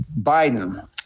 Biden